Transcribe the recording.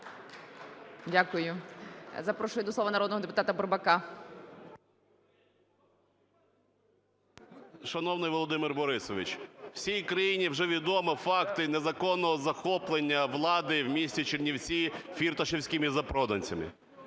Дякую. Запрошую до слова народного депутата Бурбака. 10:59:59 БУРБАК М.Ю. Шановний Володимире Борисовичу, всій країні вже відомі факти незаконного захоплення влади в місті Чернівці фірташевськими запроданцями.